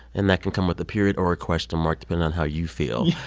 and that can come with a period or a question mark, depending on how you feel.